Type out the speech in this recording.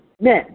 men